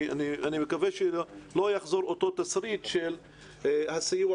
אני מקווה שלא יחזור אותו תסריט של הסיוע